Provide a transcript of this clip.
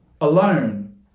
alone